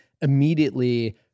immediately